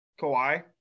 Kawhi